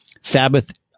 Sabbath